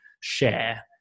share